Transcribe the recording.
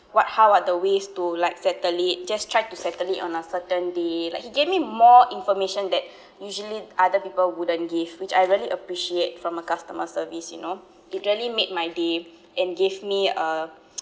what how are the ways to like settle it just try to settle it on a certain day like he gave me more information that usually other people wouldn't give which I really appreciate from a customer service you know it really made my day and gave me a